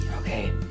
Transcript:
okay